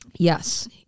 Yes